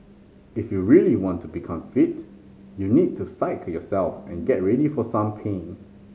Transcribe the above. if you really want to become fit you need to psyche yourself and get ready for some pain